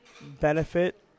benefit